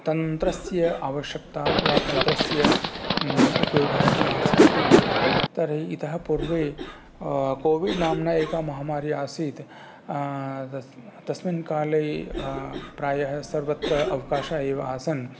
तन्त्रस्य आवश्यकता वा तन्त्रस्य उपयोगः किं आसीत् इति तर्हि इतः पूर्वे कोविड् नाम्ना एका महामारी आसीत् तस्मिन् काले प्रायः सर्वत्र अवकाशः एव आसन्